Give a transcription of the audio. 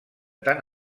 tant